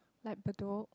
like Bedok